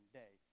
day